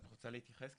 אפשר להתייחס?